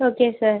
okay sir